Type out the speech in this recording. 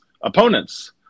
opponents